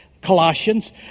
Colossians